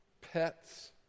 pets